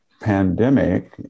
pandemic